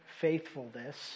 faithfulness